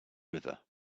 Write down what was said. river